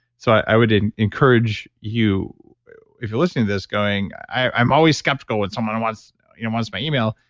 so i would encourage you if you're listening to this going, i'm always skeptical when someone wants wants my email.